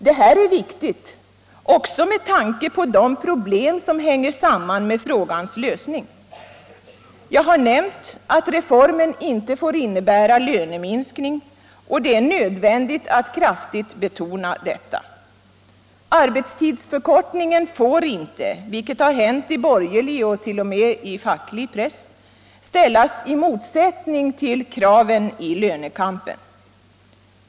Detta är viktigt även med tanke på de problem som hänger samman med frågans lösning. Jag har nämnt att reformen inte får innebära löneminskning — något som det är nödvändigt att kraftigt betona. Arbetstidsförkortningen får inte, vilket hänt i borgerlig och t.o.m. i facklig press, ställas i motsättning till kraven i lönekampen.